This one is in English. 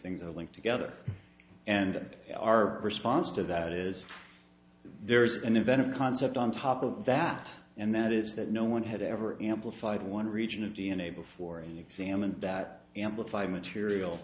things are linked together and our response to that is there is an event or concept on top of that and that is that no one had ever amplified one region of d n a before and examined that amplify material